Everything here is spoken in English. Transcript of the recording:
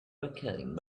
recording